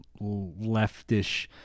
leftish